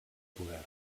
poder